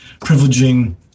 privileging